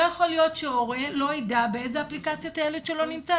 לא יכול להיות שהורה לא יידע באיזה אפליקציות הילד שלו נמצא,